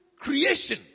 creation